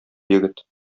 егет